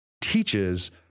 teaches